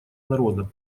народа